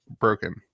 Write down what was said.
broken